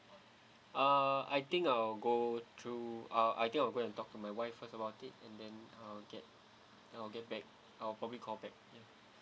uh I think I will go through uh I think I will go and talk to my wife first about it and then I'll get I'll get back I will probably call back ya